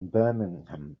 birmingham